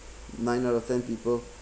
nine out of ten people